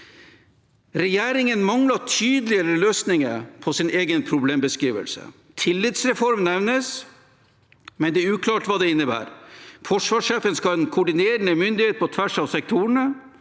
Regjeringen mangler tydelige løsninger på sin egen problembeskrivelse. Tillitsreform nevnes, men det er uklart hva det innebærer. Forsvarssjefen skal ha en koordinerende myndighet på tvers av sektorene.